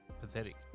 pathetic